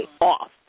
off